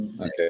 Okay